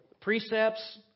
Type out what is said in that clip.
precepts